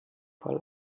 fall